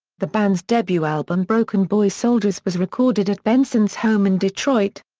the band's debut album broken boy soldiers was recorded at benson's home in detroit.